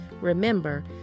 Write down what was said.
Remember